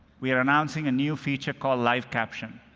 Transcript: we are announcing a new feature called live caption.